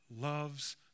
loves